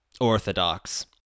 orthodox